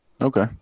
Okay